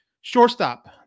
Shortstop